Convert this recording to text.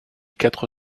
quatre